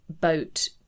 boat